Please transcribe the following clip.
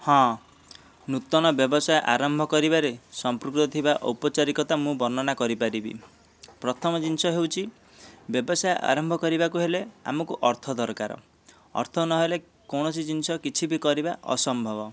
ହଁ ନୂତନ ବ୍ୟବସାୟ ଆରମ୍ଭ କରିବାରେ ସମ୍ପୃକ୍ତ ଥିବା ଔପଚାରିକତା ମୁଁ ବର୍ଣ୍ଣନା କରିପାରିବି ପ୍ରଥମ ଜିନିଷ ହେଉଛି ବ୍ୟବସାୟ ଆରମ୍ଭ କରିବାକୁ ହେଲେ ଆମକୁ ଅର୍ଥ ଦରକାର ଅର୍ଥ ନହେଲେ କୌଣସି ଜିନିଷ କିଛି ବି କରିବା ଅସମ୍ଭବ